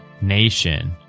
nation